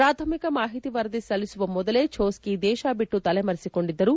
ಪಾಥಮಿಕ ಮಾಹಿತಿ ವರದಿ ಸಲ್ಲಿಸುವ ಮೊದಲೇ ಛೋಶ್ಕಿ ದೇಶ ಬಿಟ್ಟು ತಲೆಮರೆಸಿಕೊಂಡಿದ್ದರು